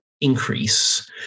increase